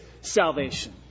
salvation